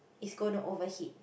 is going to overheat